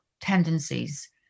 tendencies